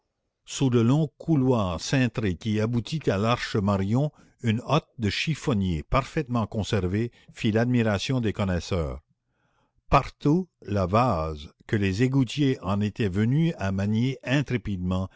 sous le long couloir cintré qui aboutit à larche marion une hotte de chiffonnier parfaitement conservée fit l'admiration des connaisseurs partout la vase que les égoutiers en étaient venus à manier